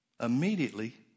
immediately